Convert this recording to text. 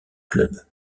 club